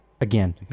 again